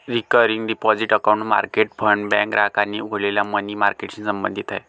recurring deposit account market fund bank ग्राहकांनी उघडलेल्या money मार्केटशी संबंधित आहे